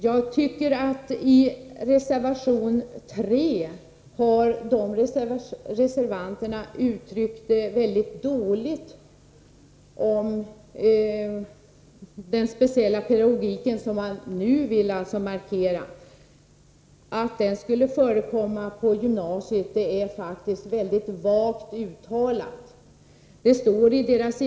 Jag tycker att reservanterna har uttryckt sig väldigt dåligt i reservation 3 när det gäller den speciella pedagogik som de nu vill markera. Den skulle medföra speciella förutsättningar på det gymnasiala stadiet, heter det i ett vagt uttalande.